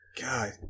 God